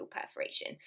perforation